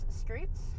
streets